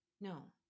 No